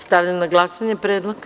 Stavljam na glasanje predlog.